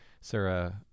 Sarah